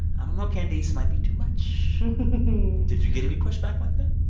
i don't know, candice might be too much did you get any pushback like that?